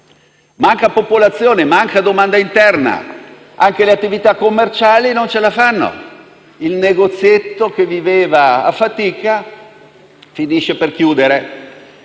Manca la popolazione, manca la domanda interna e anche le attività commerciali non ce la fanno; il negozietto che viveva a fatica finisce per chiudere.